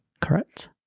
Correct